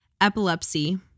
epilepsy